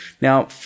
Now